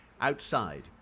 outside